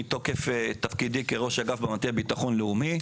מתוקף תפקידי בראש אגף במטה לביטחון לאומי.